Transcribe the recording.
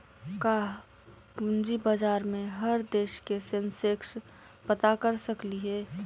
का पूंजी बाजार में हर देश के सेंसेक्स पता कर सकली हे?